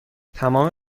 تمام